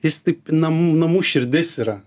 jis tik namų namų širdis yra